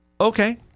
Okay